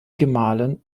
gemahlin